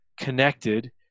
connected